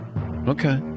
Okay